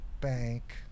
bank